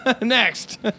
Next